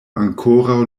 ankoraŭ